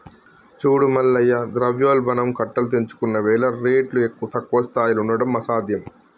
చూడు మల్లయ్య ద్రవ్యోల్బణం కట్టలు తెంచుకున్నవేల రేట్లు తక్కువ స్థాయిలో ఉండడం అసాధ్యం